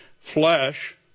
flesh